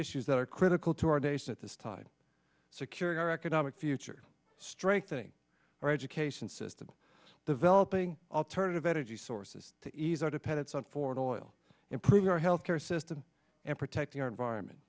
issues that are critical to our days at this time securing our economic future strengthening our education system developing alternative energy sources to ease our dependence on foreign oil improve our health care system and protecting our environment